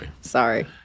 Sorry